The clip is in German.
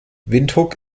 windhoek